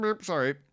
Sorry